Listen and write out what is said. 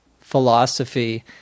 philosophy